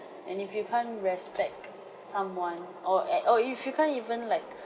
and if you can't respect someone or at or if you can't even like